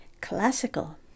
classical